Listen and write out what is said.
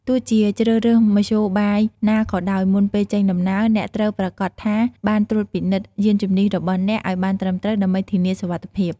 ទោះជាជ្រើសរើសមធ្យោបាយណាក៏ដោយ មុនពេលចេញដំណើរ អ្នកត្រូវប្រាកដថាបានត្រួតពិនិត្យយានជំនិះរបស់អ្នកឲ្យបានត្រឹមត្រូវ ដើម្បីធានាសុវត្ថិភាព។